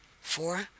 Four